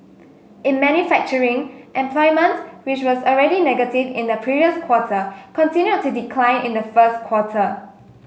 in manufacturing employment which was already negative in the previous quarter continued to decline in the first quarter